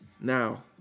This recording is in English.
now